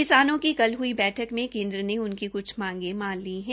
किसानों की कल हुई बैठक में केन्द्र ने उनकी कुछ मांगे मान ली है